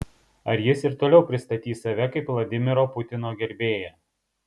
ar jis ir toliau pristatys save kaip vladimiro putino gerbėją